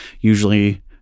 Usually